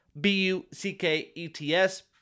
B-U-C-K-E-T-S